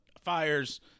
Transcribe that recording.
fires